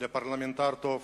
לפרלמנטר טוב,